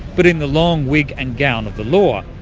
but in the long wig and gown of the law.